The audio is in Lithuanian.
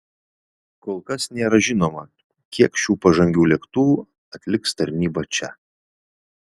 kol kas nėra žinoma kiek šių pažangių lėktuvų atliks tarnybą čia